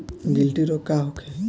गिल्टी रोग का होखे?